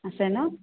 আছে নহ্